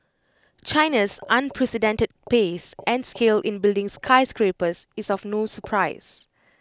China's unprecedented pace and scale in building skyscrapers is of no surprise